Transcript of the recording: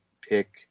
pick